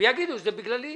ויאמרו שזה בגללי.